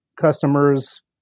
customers